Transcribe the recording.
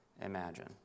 imagine